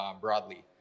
broadly